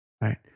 Right